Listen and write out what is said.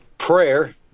Prayer